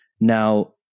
Now